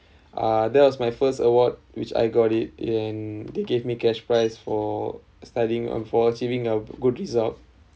uh that was my first award which I got it and they gave me cash price for studying and for achieving a good result